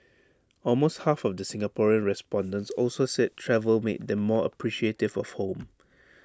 almost half of the Singaporean respondents also said travel made them more appreciative of home